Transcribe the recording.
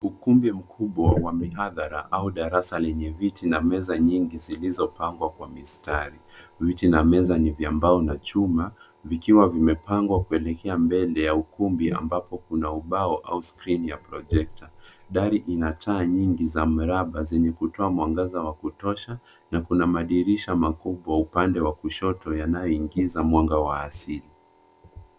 Ukumbi mkubwa wa mihadhara au darasa lenye viti na meza nyingi zilizopangwa kwa mistari. Viti na meza ni vya mbao na chuma, vikiwa vimepangwa kuelekea mbele ya ukumbi, ambapo kuna ubao au skrini ya projector . Dari ina taa nyingi za mraba zenye kutoa mwangaza wa kutosha na kuna madirisha makubwa upande wa kushoto, yanayoingiza mwanga wa asili.